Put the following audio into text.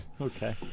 okay